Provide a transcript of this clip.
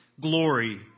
glory